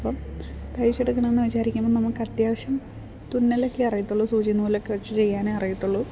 അപ്പം തയ്ച്ചെടുക്കണം എന്ന് വിചാരിക്കുമ്പം നമുക്ക് അത്യാവശ്യം തുന്നലൊക്കെ അറിയത്തുള്ളൂ സൂചിയും നൂലൊക്കെ വെച്ച് ചെയ്യാനേ അറിയത്തുള്ളൂ